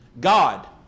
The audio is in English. god